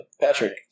Patrick